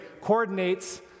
coordinates